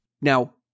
Now